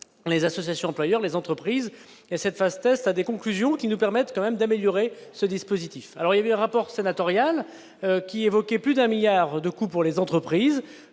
les associations employeurs, les entreprises et cette phase test à des conclusions qui nous permettent quand même d'améliorer ce dispositif alors il y avait un rapport sénatorial qui, plus d'un 1000000000 de coût pour les entreprises,